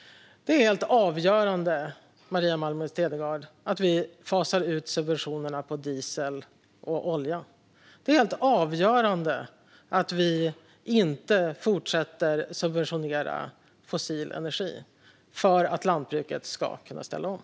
Det är helt avgörande, Maria Malmer Stenergard, att vi fasar ut subventionerna på diesel och olja. Det är helt avgörande för att lantbruket ska kunna ställa om att vi inte fortsätter att subventionera fossil energi.